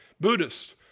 Buddhist